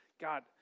God